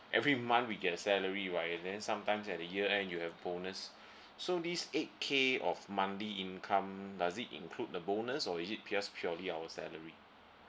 every month we get salary what and then some time at year end you have bonus so this eight K of monthly income does it include the bonus or is it just purely our salary